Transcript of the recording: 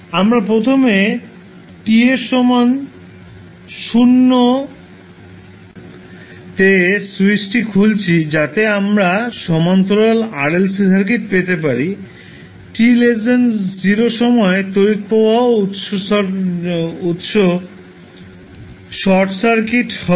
আমরা প্রথমে t 0 তে স্যুইচটি খুলছি যাতে আমরা সমান্তরাল RLC সার্কিট পেতে পারি t0 সময়ে তড়িৎ প্রবাহ উত্স শর্ট সার্কিট হবে